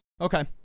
Okay